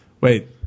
Wait